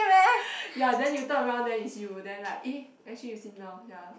ya then you turn around then it's you then like eh actually you slim down ya